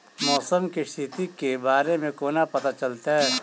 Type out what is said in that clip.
मौसम केँ स्थिति केँ बारे मे कोना पत्ता चलितै?